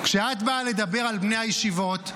כשאת באה לדבר על בני הישיבות,